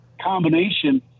combination